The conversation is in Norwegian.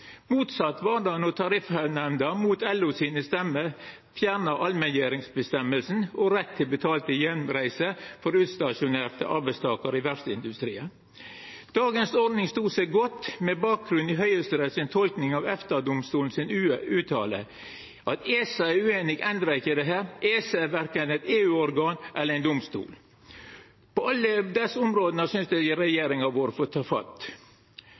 Motsett var det då Tariffnemnda, mot LOs røyster, fjerna allmenngjeringsavgjersla og retten til betalte heimreiser for utstasjonerte arbeidstakarar i verftsindustrien. Dagens ordning stod seg godt, med bakgrunn i Høgsteretts tolking av EFTA-domstolens uttale. At ESA er ueinig, endrar ikkje dette. ESA er verken eit EU-organ eller ein domstol. På alle desse områda synest eg regjeringa har vore